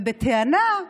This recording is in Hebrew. ובטענה,